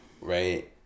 right